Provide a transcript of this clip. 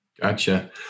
Gotcha